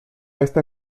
esta